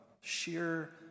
Sheer